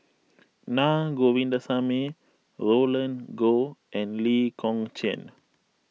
Naa Govindasamy Roland Goh and Lee Kong Chian